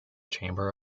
chamber